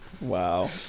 Wow